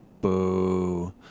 Boo